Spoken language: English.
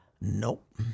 Nope